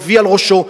מביא על ראשו.